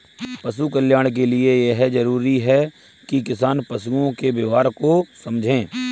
पशु कल्याण के लिए यह जरूरी है कि किसान पशुओं के व्यवहार को समझे